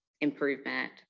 improvement